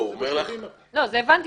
לא, הוא אומר לך --- לא, את זה הבנתי.